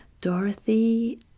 Dorothy